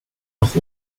noch